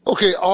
Okay